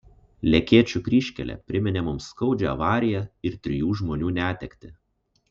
lekėčių kryžkelė priminė mums skaudžią avariją ir trijų žmonių netektį